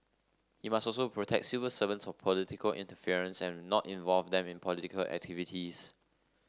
he must also protect civil servants from political interference and not involve them in political activities